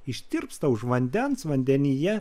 ištirpsta už vandens vandenyje